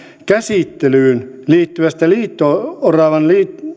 käsittelyyn liittyvästä liito oravan